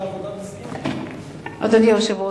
אדוני היושב-ראש,